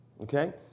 okay